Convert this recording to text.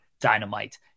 Dynamite